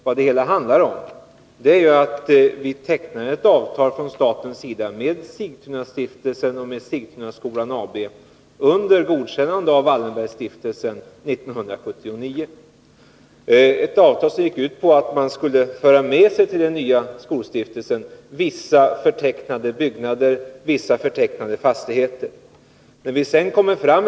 Vad det hela handlar om är ju att vi från statens sida 1979 tecknade ett avtal med Sigtunastiftelsen och Sigtunaskolans AB, med godkännande av Wallen bergstiftelsen. Det var ett avtal som gick ut på att man till den nya skolstiftelsen skulle föra med sig vissa förtecknade byggnader och fastigheter.